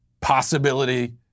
possibility